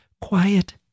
quiet